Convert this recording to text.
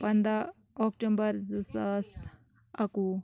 پنداہ اکٹومبر زٕ ساس اَکہٕ وُہ